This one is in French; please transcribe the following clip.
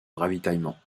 ravitaillement